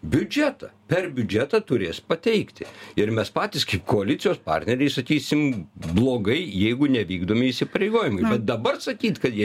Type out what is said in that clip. biudžetą per biudžetą turės pateikti ir mes patys kaip koalicijos partneriai sakysim blogai jeigu nevykdomi įsipareigojimai dabar sakyt kad jie